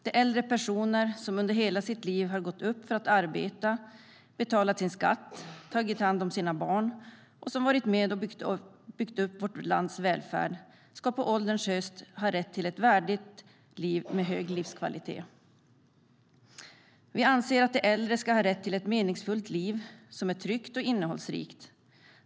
De äldre personer som under hela sitt liv har gått upp för att arbeta, betalat sin skatt, tagit hand om sina barn och varit med och byggt upp vårt lands välfärd ska på ålderns höst ha rätt till ett värdigt liv med hög livskvalitet. Vi anser att de äldre ska ha rätt till ett meningsfullt liv som är tryggt och innehållsrikt.